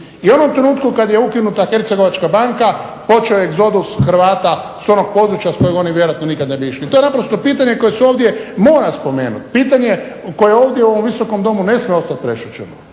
I u onom trenutku kad je ukinuta hercegovačka banka, počeo je egzodus Hrvata s onog područja s kojeg oni vjerojatno nikad ne bi išli. To je naprosto pitanje koje se ovdje mora spomenuti, pitanje koje ovdje u ovom Visokom domu ne smije ostati prešućeno.